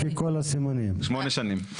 כבר שמונה שנים.